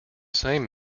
same